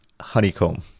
honeycomb